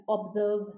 observe